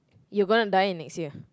you're going to die in next year